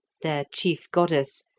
their chief goddess,